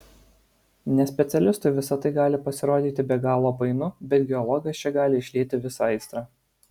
nespecialistui visa tai gali pasirodyti be galo painu bet geologas čia gali išlieti visą aistrą